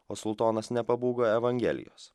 o sultonas nepabūgo evangelijos